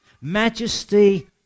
Majesty